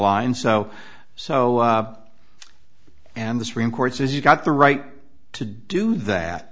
line so so and the supreme court says you've got the right to do that